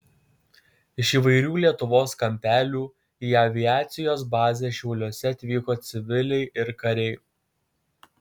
iš įvairių lietuvos kampelių į aviacijos bazę šiauliuose atvyko civiliai ir kariai